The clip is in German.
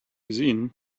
gesehen